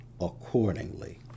accordingly